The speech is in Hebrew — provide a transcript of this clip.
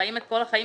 חיים את כל החיים,